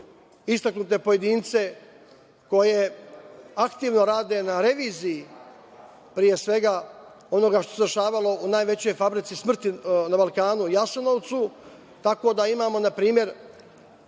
istaknute pojedince koji aktivno rade na reviziji, pre svega, onoga što se dešavalo u najvećoj fabrici smrti na Balkanu, Jasenovcu, tako da imamo npr.